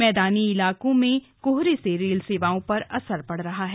मैदानी इलाकें में कोहरे से रेल सेवाओं पर असर पड़ा है